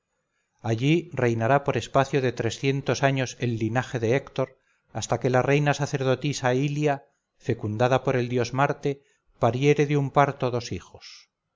allí reinará por espacio de trescientos años el linaje de héctor hasta que la reina sacerdotisa ilia fecundada por el dios marte pariere de un parto dos hijos